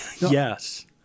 Yes